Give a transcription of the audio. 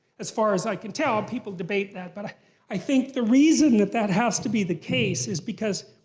as far as i can tell, but people debate that. but i i think the reason that that has to be the case is because.